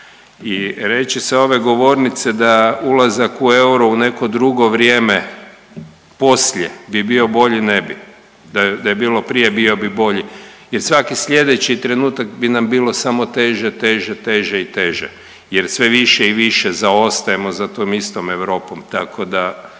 i reći sa ove govornice da ulazak u euro u neko drugo vrijeme poslije bi bio bolji, ne bi. Da je bilo prije, bio bi bolji jer svaki sljedeći trenutak bi nam bilo samo teže, teže, teže i teže jer sve više i više zaostajemo za tom istom Europom, tako da,